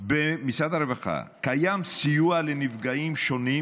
כי במשרד הרווחה קיים סיוע לנפגעים שונים,